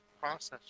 process